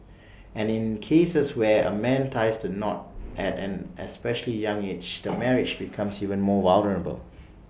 and in cases where A man ties the knot at an especially young age the marriage becomes even more vulnerable